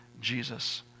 Jesus